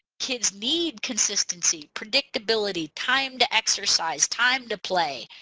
kids need consistency, predictability, time to exercise, time to play,